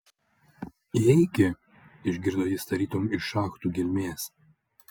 įeiki išgirdo jis tarytum iš šachtų gelmės